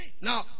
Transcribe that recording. Now